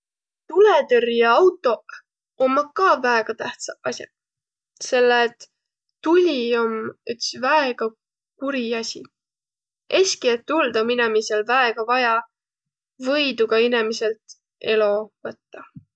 Tulõtõrjõautoq ommaq ka väega tähtsäq as'aq, selle et tuli om üts väega kuri asi. Es'ki, et tuld om inemisel väega vaja, või tuu ka inemiselt elo võttaq.